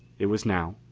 it was now,